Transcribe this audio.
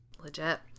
Legit